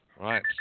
Right